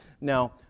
Now